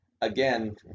again